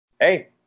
hey